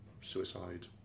suicide